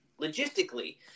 logistically